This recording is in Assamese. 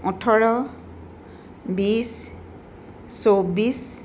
ওঁঠৰ বিশ চৌব্বিছ